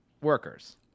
workers